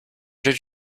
did